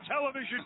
television